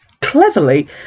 Cleverly